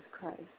Christ